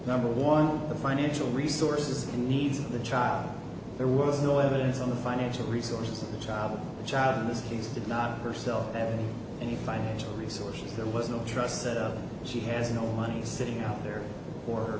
number one the financial resources and needs of the child there was no evidence on the financial resources of the child the child in this case did not herself have any financial resources there was no trust that she has no money sitting out there for